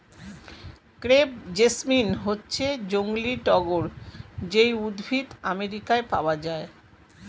crepe jasmine হচ্ছে জংলী টগর যেই উদ্ভিদ আমেরিকায় পাওয়া যায়